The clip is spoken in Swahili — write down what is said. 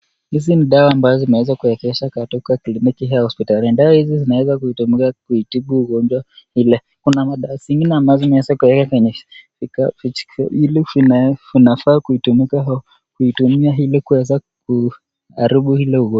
Hizi ni dawa ambazo zimeweza kuekeshwa katika kliniki au hospitalini. Dawa hizi zinaweza kutumika kuitibu ugonjwa ile. Kuna madawa zingine ambazo zinaweza kuekwa kwenye vijiko ili vinafaa kutumika kuitumia ili kuweze kuharibu ile ugonjwa.